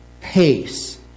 pace